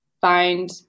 find